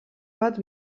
bat